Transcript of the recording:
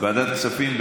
ועדת הכספים.